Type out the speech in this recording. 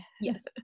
yes